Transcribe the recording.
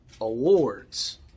Awards